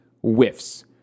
whiffs